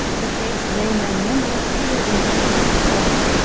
the case name and number appear in the upper-left corner.